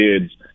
kids